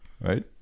Right